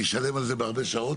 אני אשלם על זה בהרבה שעות,